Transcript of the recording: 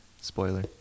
Spoiler